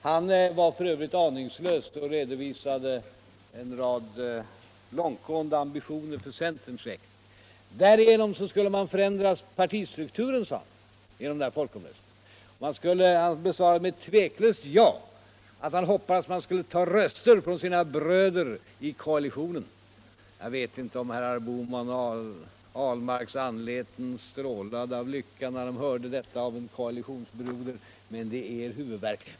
Han var för resten aningslös och redovisade en rad långtgående ambitioner för centerns räkning. Genom folkomröstningen skulle man förändra partistrukturen, sade han. Han besvarade med ct tveklöst ja frågan om han hoppades att man skulle ta röster från sina bröder i koalitionen. Jag vet inte om herr Bohmans och herr Ahlmarks anleten strålade av lycka när de hörde detta av en koalitionsbroder, men det är er huvudvärk.